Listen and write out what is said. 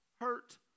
hurt